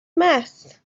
mess